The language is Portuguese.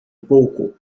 pouco